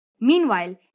Meanwhile